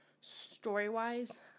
story-wise